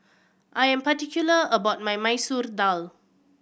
I am particular about my Masoor Dal